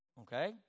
okay